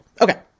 Okay